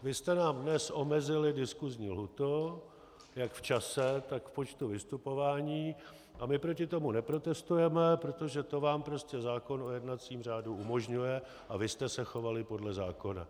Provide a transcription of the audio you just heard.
Vy jste nám dnes omezili diskusní lhůtu jak v čase, tak v počtu vystupování a my proti tomu neprotestujeme, protože to vám prostě zákon o jednacím řádu umožňuje a vy jste se chovali podle zákona.